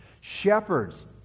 Shepherds